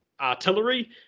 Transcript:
artillery